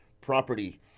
property